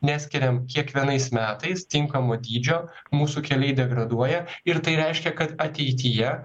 neskiriam kiekvienais metais tinkamo dydžio mūsų keliai degraduoja ir tai reiškia kad ateityje